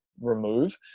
remove